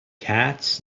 cats